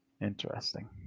interesting